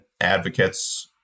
advocates